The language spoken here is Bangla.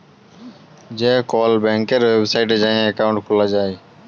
যে কল ব্যাংকের ওয়েবসাইটে যাঁয়ে একাউল্ট খুলা যায়